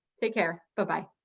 take care, goodbye.